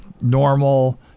normal